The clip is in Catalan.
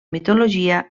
mitologia